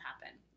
happen